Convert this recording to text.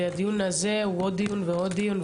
הדיון הזה הפך להיות עוד דיון ועוד דיון,